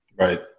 Right